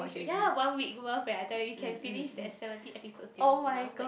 you should ya one week worth eh I tell you you can finish that seventy episodes during one week